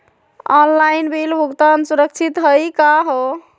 Online bill भुगतान सुरक्षित हई का हो?